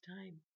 time